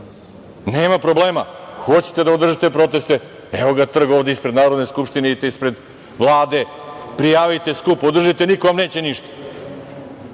Nema problema, hoćete da održite proteste. Evo ga trg ispred Narodne skupštine, idite ispred Vlade, prijavite skup, održite, niko vam neće ništa.